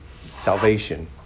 salvation